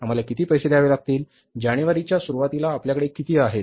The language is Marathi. आम्हाला किती पैसे द्यावे लागतील जानेवारीच्या सुरूवातीला आपल्याकडे किती आहेत